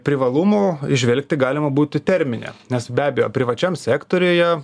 privalumų įžvelgti galima būtų terminę nes be abejo privačiam sektoriuje